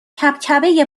کبکبه